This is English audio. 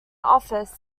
office